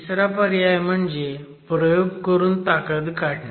तिसरा पर्याय म्हणजे प्रयोग करून ताकद काढणे